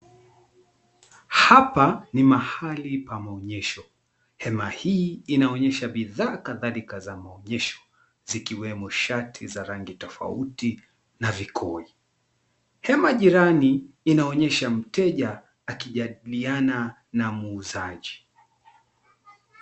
Hapa ni mahali pa maonyesho, hema hii inaonyesha bidhaa kadhalika za maonyesho zikiwemo shati za rangi tofauti na vikoi. Hema jirani inaonyesha mteja akijadiliana na muuzaji.